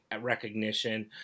recognition